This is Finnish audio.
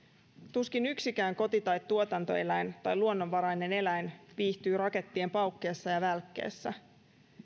tuskin yksikään koti tai tuotantoeläin tai luonnonvarainen eläin viihtyy rakettien paukkeessa ja välkkeessä